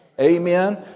Amen